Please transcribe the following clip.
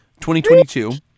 2022